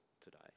today